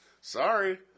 Sorry